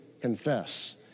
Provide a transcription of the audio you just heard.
confess